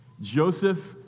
Joseph